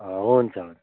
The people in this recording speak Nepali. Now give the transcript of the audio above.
हुन्छ हुन्छ